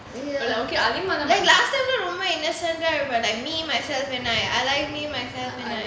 ya like last time ரொம்ப:romba like me myself and I I like me myself and I